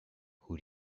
who